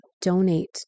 donate